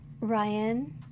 Ryan